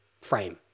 frame